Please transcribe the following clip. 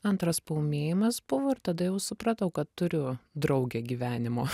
antras paūmėjimas buvo ir tada jau supratau kad turiu draugę gyvenimo